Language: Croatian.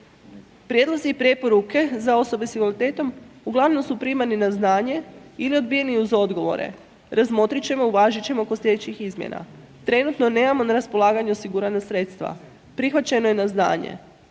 Prijedlozi i preporuke za osobe s invaliditetom uglavnom su primani na znanje ili odbijeni uz odgovore, razmotrit ćemo, uvažit ćemo kod slijedećih izmjena, trenutno nemamo na raspolaganju osigurana sredstva, prihvaćeno je na znanje.